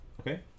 Okay